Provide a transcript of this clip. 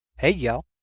hey y'all!